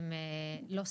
הם לא סתם.